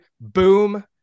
boom